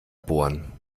bohren